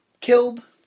killed